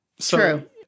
True